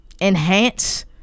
enhance